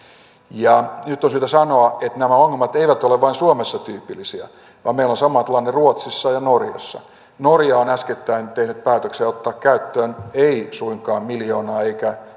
nyt on syytä sanoa että nämä ongelmat eivät ole vain suomessa tyypillisiä vaan sama tilanne on ruotsissa ja norjassa norja on äskettäin tehnyt päätöksen ottaa käyttöön ei suinkaan miljoonan eikä